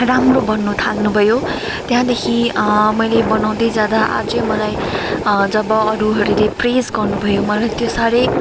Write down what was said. राम्रो भन्नु थाल्नु भयो त्यहाँदेखि मैले बनाउँदै जाँदा अझै मलाई जब अरूहरूले प्रेज गर्नुभयो मलाई त्यो साह्रै